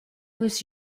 was